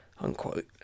Unquote